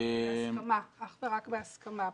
בהסכמה, אך ורק בהסכמה.